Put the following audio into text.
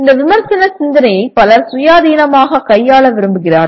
இந்த விமர்சன சிந்தனையை பலர் சுயாதீனமாக கையாள விரும்புகிறார்கள்